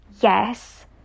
yes